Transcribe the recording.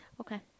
Okay